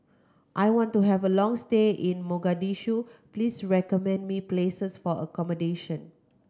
I want to have a long stay in Mogadishu please recommend me some places for accommodation